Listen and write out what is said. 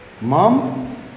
Mom